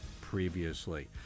previously